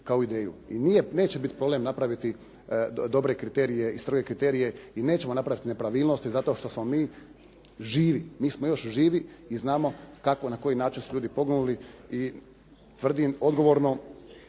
kako ideju. I neće biti problem napraviti dobre kriterije i stroge kriterije i nećemo napraviti nepravilnosti zato što smo mi živi. Mi smo još živi i znamo kako i na koji način su ljudi poginuli i tvrdim odgovorno